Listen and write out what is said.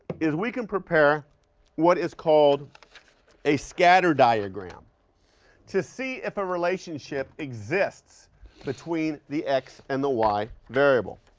is we can prepare what is called a scatter diagram to see if a relationship exists between the x and the y variable,